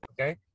Okay